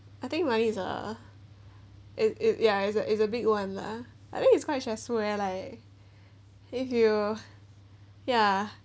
I think money is uh it it ya is uh is a big one lah I think it's quite stressful eh like if you ya